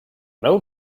know